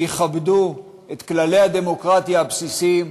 ויכבדו את כללי הדמוקרטיה הבסיסיים.